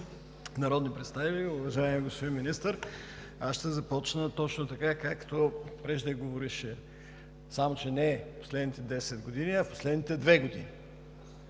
народни представители, уважаеми господин Министър! Ще започна точно така, както преждеговорившият, само че не последните 10 години, а последните две години.